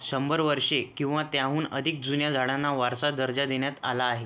शंभर वर्षे किंवा त्याहून अधिक जुन्या झाडांना वारसा दर्जा देण्यात आला आहे